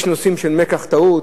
יש נושאים של מיקח טעות,